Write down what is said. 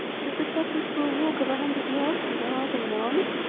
to protect us for a walk of a hundred yards through the heart of an army?